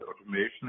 automation